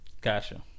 Gotcha